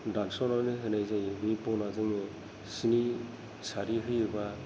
दानस'नानै होनाय जायो बे बना जोंनो स्नि सारि होयोबा